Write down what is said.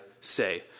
say